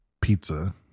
pizza